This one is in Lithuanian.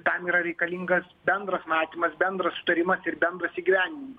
tam yra reikalingas bendras matymas bendras sutarimas ir bendras įgyvendinimas